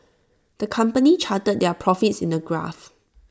the company charted their profits in A graph